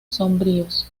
sombríos